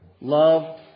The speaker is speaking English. love